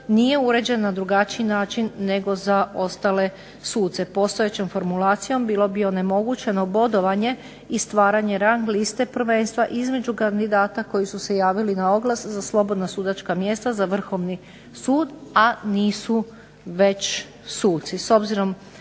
nije uređen na drugačiji način nego za ostale suce. postojećom formulacijom bilo bi onemogućeno bodovanje i stvaranje rang liste prvenstva između kandidata koji su se javili na oglas za slobodna sudačka mjesta za Vrhovni sud, a nisu već suci.